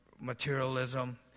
materialism